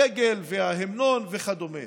הדגל וההמנון וכדומה.